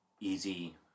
easy